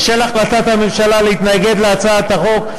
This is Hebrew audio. בשל החלטת הממשלה להתנגד להצעת החוק,